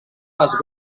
les